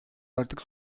artık